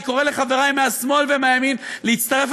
אני קורא לחברי מהשמאל ומהימין להצטרף